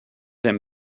him